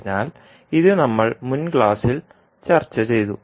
അതിനാൽ ഇത് നമ്മൾ മുൻ ക്ലാസിൽ ചർച്ചചെയ്തു